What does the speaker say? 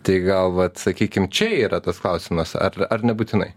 tai gal vat sakykim čia yra tas klausimas ar ar nebūtinai